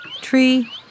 tree